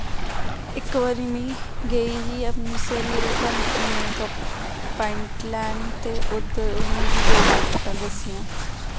इक बारी मीं गेई ही अपनी स्हेली कन्नै पैंट लैन ते उद्धर उन्न मिगी दो पैंटा दस्सियां